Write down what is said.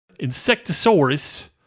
Insectosaurus